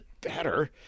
better